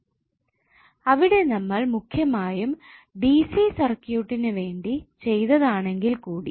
നമ്മൾ അവിടെ മുഖ്യമായും DC സർക്യൂട്ടിനു വേണ്ടി ചെയ്തതാണെങ്കിൽ കൂടി